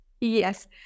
Yes